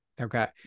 Okay